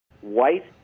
White